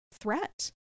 threat